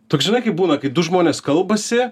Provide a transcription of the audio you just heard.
toks žinai kaip būna kai du žmonės kalbasi